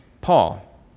Paul